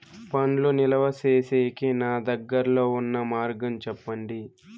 పండ్లు నిలువ సేసేకి నాకు దగ్గర్లో ఉన్న మార్గం చెప్పండి?